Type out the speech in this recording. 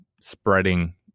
spreading